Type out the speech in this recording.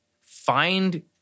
Find